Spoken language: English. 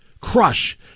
crush